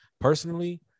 personally